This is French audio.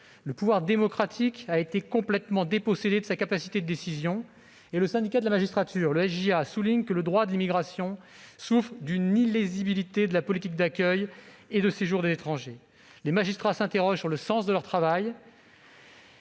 Le pouvoir démocratique a été complètement dépossédé de sa capacité de décision. Le syndicat de la juridiction administrative (SJA) souligne que le droit de l'immigration souffre d'une illisibilité de la politique d'accueil et de séjour des étrangers. Les magistrats s'interrogent sur le sens de leur travail,